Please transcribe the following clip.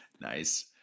Nice